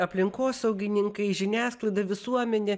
aplinkosaugininkai žiniasklaida visuomenė